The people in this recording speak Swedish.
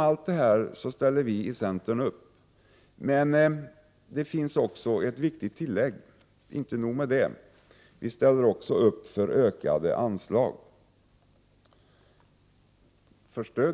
Centern har ställt sig bakom allt detta, men inte nog med det: vi ställer också upp för ökade anslag